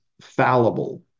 fallible